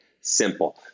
simple